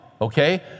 Okay